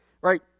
right